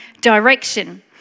direction